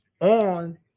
on